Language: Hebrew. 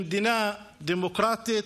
במדינה דמוקרטית.